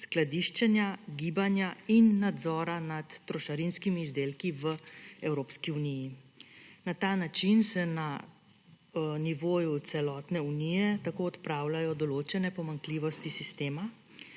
skladiščenja, gibanja in nadzora nad trošarinskimi izdelki v Evropski uniji. Na ta način se na nivoju celotne unije tako odpravljajo določene pomanjkljivosti sistema,